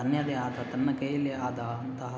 ತನ್ನದೇ ಆದ ತನ್ನ ಕೈಯಲ್ಲೇ ಆದ ಅಂತಹ